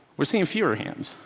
we're seeing fewer hands,